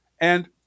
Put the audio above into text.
And-